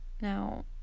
Now